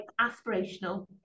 aspirational